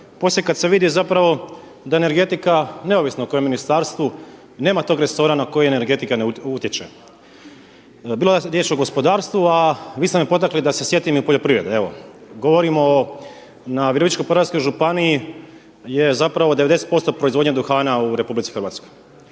Poslije kada se vidi zapravo da je energetika neovisna o kojem ministarstvu, nema tog resora na koji energetika ne utječe. Bilo je riječ o gospodarstvu, a vi ste me potakli da se sjetim i poljoprivrede. Govorimo o na Virovitičko-podravskoj županiji je 90% proizvodnja duhana u RH, ima